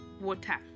water